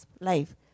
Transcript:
life